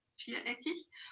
viereckig